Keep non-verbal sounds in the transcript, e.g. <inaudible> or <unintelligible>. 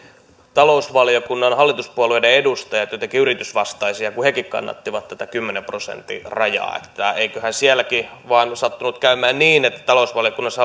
talousvaliokunnan hallituspuolueiden edustajat jotenkin yritysvastaisia kun hekin kannattivat tätä kymmenen prosentin rajaa eiköhän sielläkin vain sattunut käymään niin että talousvaliokunnassa <unintelligible>